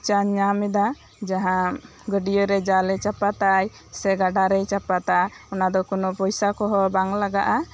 ᱡᱟ ᱧᱟᱢ ᱫᱟ ᱡᱟᱦᱟᱸ ᱜᱟᱹᱰᱭᱟᱹ ᱨᱮ ᱡᱟᱞᱮ ᱪᱟᱯᱟᱫᱟᱭ ᱥᱮ ᱜᱟᱰᱟᱨᱮᱭ ᱪᱟᱯᱟᱫᱟ ᱚᱱᱟ ᱫᱚ ᱠᱚᱱᱚ ᱯᱚᱭᱥᱟ ᱠᱚᱦᱚᱸ ᱵᱟᱝ ᱞᱟᱜᱟᱜᱼᱟ